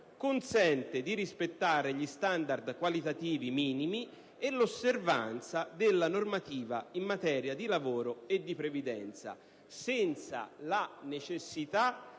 consente di rispettare gli standard qualitativi minimi e l'osservanza della normativa in materia di lavoro e di previdenza, senza la necessità